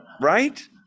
Right